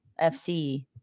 FC